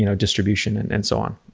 you know distribution and and so on.